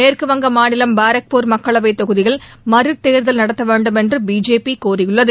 மேற்குவங்க மாநிலம் பராக்பூர் மக்களவைத் தொகுதியில் மறு தோ்தல் நடத்த வேண்டுமென்று பிஜேபி கோரியுள்ளது